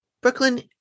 Brooklyn